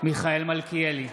מיכאל מלכיאלי,